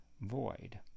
void